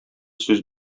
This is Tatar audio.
сүз